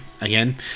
again